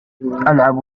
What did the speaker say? ألعب